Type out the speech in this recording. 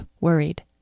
worried